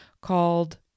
called